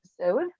episode